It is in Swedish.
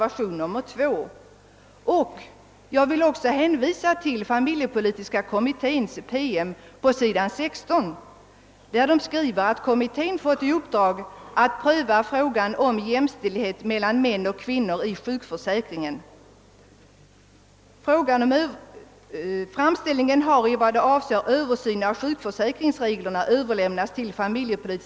Jag hänvisar i det sammanhanget också till familjepolitiska kommitténs PM, där kommittén på s. 16 skriver: »Kommittén har som nämnts även fått i uppdrag att pröva frågan om jämställdhet mellan män och kvinnor i sjukförsäkringen.